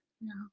No